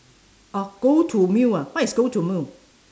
orh go to meal ah what is go to meal